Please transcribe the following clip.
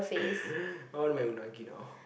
I want my unagi now